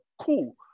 Cool